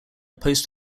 post